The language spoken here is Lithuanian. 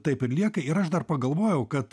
taip ir lieka ir aš dar pagalvojau kad